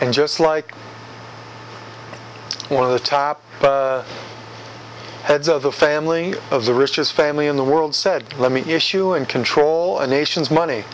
and just like one of the top heads of the family of the richest family in the world said let me issue and control a nation's money